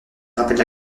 rappelle